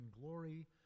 glory